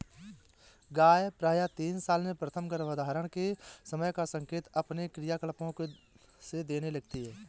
गाय प्रायः तीन साल में प्रथम गर्भधारण के समय का संकेत अपने क्रियाकलापों से देने लगती हैं